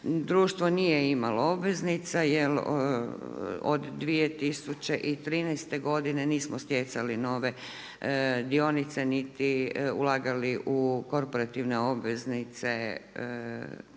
društvo nije imalo obveznica jer od 2013. godine nismo stjecali nove dionice niti ulagali u korporativne obveznice